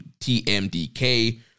TMDK